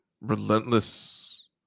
relentless